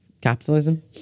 capitalism